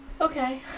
Okay